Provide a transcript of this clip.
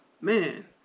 Man